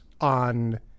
on